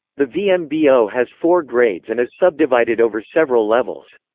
the vmbo has four grades and is subdivided over several levels.